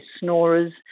snorers